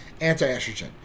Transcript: anti-estrogen